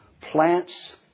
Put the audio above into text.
plants